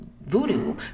Voodoo